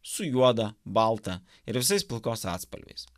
su juoda balta ir visais pilkos atspalviais